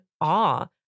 awe